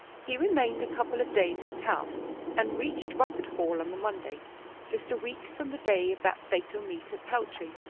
he remained a couple of days in town and reached rufford hall on the monday just a week from the day of that fatal meet at peltry.